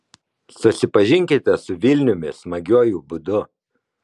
susipažinkite su vilniumi smagiuoju būdu